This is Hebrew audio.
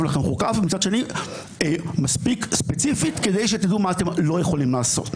לכם חוקה ומצד שני מספיק ספציפית כדי שתדעו מה אתם לא יכולים לעשות.